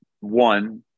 one